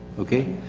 okay?